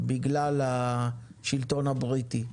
בגלל שהשלטון הבריטי.